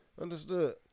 Understood